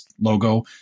logo